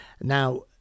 Now